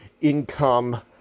income